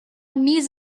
niece